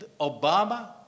Obama